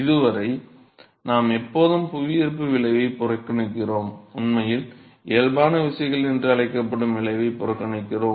இதுவரை நாம் எப்போதும் புவியீர்ப்பு விளைவைப் புறக்கணிக்கிறோம் உண்மையில் இயல்பான விசைகள் என்று அழைக்கப்படும் விளைவைப் புறக்கணிக்கிறோம்